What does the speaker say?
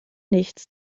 nichts